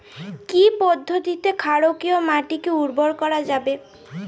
কি পদ্ধতিতে ক্ষারকীয় মাটিকে উর্বর করা যাবে?